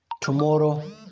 tomorrow